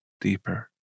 deeper